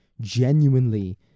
genuinely